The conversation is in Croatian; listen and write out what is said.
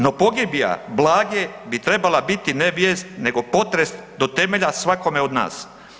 No pogibija Blage bi trebala biti ne vijest nego potres do temelja svakome od nas.